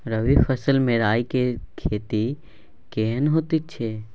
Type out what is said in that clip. रबी फसल मे राई के खेती केहन होयत अछि?